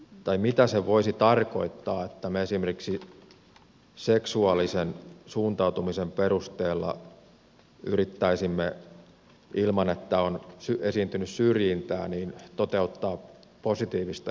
esimerkkejä mitä se voisi tarkoittaa että me esimerkiksi seksuaalisen suuntautumisen perusteella yrittäisimme ilman että on esiintynyt syrjintää toteuttaa positiivista erityiskohtelua